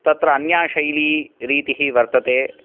तत्र अन्या शैली रीतिः वर्तते